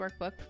workbook